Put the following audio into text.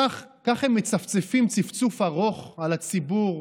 כך הם מצפצפים צפצוף ארוך על הציבור,